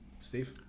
Steve